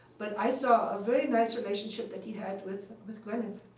but i saw a very nice relationship that he had with with gweneth.